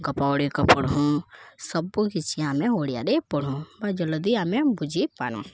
ଗପ ଗୁଡ଼ିିକ ପଢ଼ୁଁ ସବୁ କିଛି ଆମେ ଓଡ଼ିଆରେ ପଢ଼ୁଁ ବା ଜଲ୍ଦି ଆମେ ବୁଝି ପାରୁ